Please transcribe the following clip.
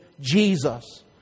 Jesus